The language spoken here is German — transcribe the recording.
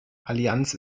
allianz